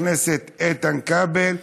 חבר הכנסת איתן כבל.